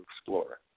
explore